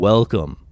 Welcome